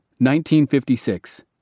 1956